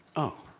oh!